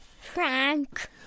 frank